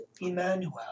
Emmanuel